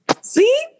see